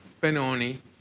Benoni